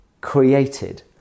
created